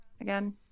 again